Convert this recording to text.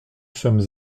sommes